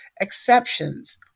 exceptions